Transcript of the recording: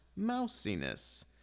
mousiness